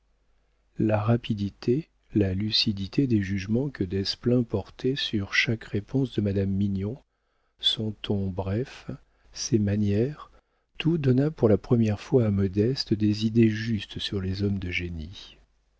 la rapidité la lucidité des jugements que desplein portait sur chaque réponse de madame mignon son ton bref ses manières tout donna pour la première fois à modeste des idées justes sur les hommes de génie